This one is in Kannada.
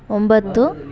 ಒಂಬತ್ತು